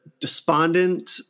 despondent